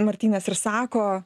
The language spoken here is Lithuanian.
martynas ir sako